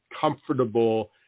comfortable